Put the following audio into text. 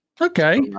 Okay